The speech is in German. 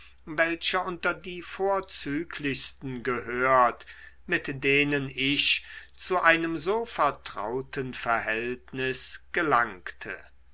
welcher unter die vorzüglichsten gehört mit denen ich zu einem so vertrauten verhältnis gelangte